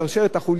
את החוליה הזאת,